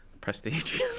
Prestige